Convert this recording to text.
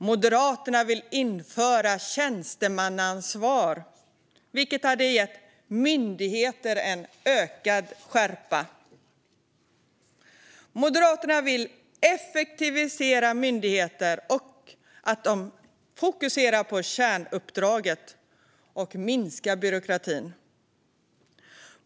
Moderaterna vill införa tjänstemannaansvar, vilket hade gett myndigheter en ökad skärpa. Moderaterna vill effektivisera myndigheter och vill att de fokuserar på kärnuppdraget och minskar byråkratin.